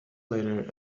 later